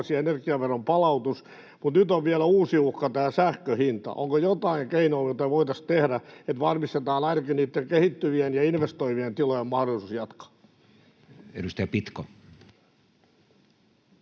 energiaveron palautus, mutta nyt on vielä uusi uhka tämä sähkön hinta. Onko jotain keinoa, mitä me voitaisiin tehdä, että varmistetaan ainakin niitten kehittyvien ja investoivien tilojen mahdollisuus jatkaa? Edustaja Pitko.